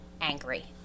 angry